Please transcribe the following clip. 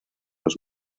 los